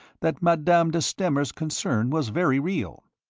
that madame de stamer's concern was very real.